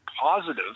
positive